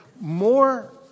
more